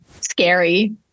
scary